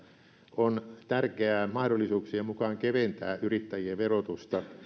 on tärkeää mahdollisuuksien mukaan keventää yrittäjien verotusta